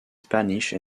spanish